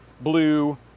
blue